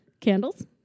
Candles